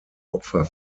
opfer